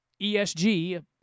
ESG